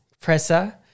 presser